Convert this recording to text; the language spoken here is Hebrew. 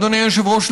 אדוני היושב-ראש,